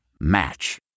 match